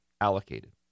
allocated